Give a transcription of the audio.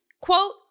quote